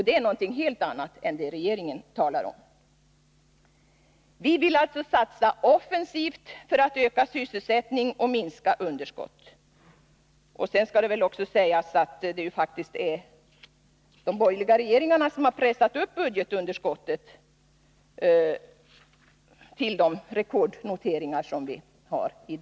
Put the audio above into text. Det är någoting helt annat än det regeringen talar om. Vi vill alltså satsa offensivt för att öka sysselsättning och minska underskott. Sedan skall det väl också sägas att det faktiskt är de borgerliga regeringarna som har pressat upp budgetunderskottet till de rekordnoteringar som vi i dag har.